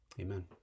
Amen